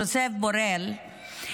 ז'וזפ בורל,